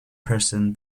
person